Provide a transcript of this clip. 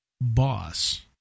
boss